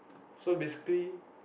so basically